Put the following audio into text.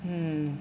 hmm